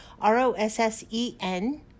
R-O-S-S-E-N